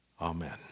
Amen